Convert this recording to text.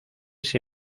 ese